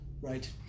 Right